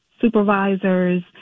supervisors